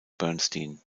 bernstein